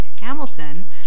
Hamilton